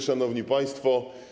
Szanowni Państwo!